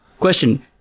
question